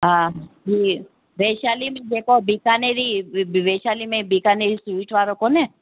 हा फिर वैशाली में जेको बीकानेरी वैशाली में बीकानेरी स्वीट वारो कोन्हे